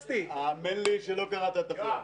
האמן לי שלא קראת את החוק.